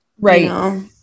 Right